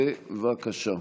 בבקשה.